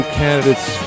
candidates